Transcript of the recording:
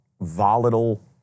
volatile